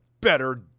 better